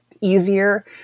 easier